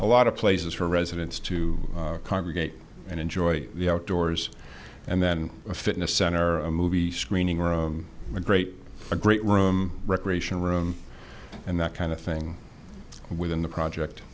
a lot of places for residents to congregate and enjoy the outdoors and then a fitness center a movie screening room a great a great room recreation room and that kind of thing within the project